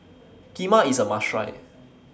Kheema IS A must Try